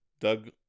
Doug